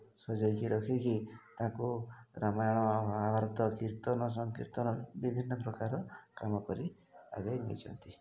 ସଜାଇକି ରଖିକି ତାଙ୍କୁ ରାମାୟଣ ମହାଭାରତ କୀର୍ତ୍ତନ ସଂକୀର୍ତ୍ତନ ବିଭିନ୍ନ ପ୍ରକାର କାମ କରି ଆଗେଇ ନେଇଛନ୍ତି